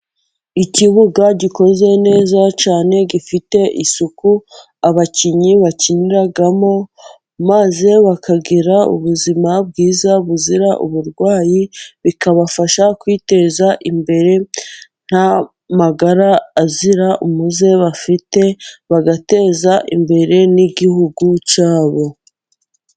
Ikibuga gikoze neza cyane gifite isuku, abakinnyi bakiniramo, maze bakagira ubuzima bwiza buzira uburwayi, bikabafasha kwiteza imbere nta magara azira umuze bafite, bagateza imbere n'igihugu cya bo.